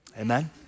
Amen